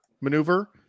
maneuver